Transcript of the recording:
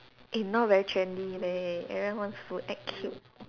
eh now very trendy leh everyone wants to act cute